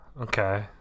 okay